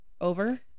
over